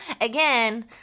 again